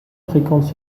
fréquentent